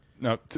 Now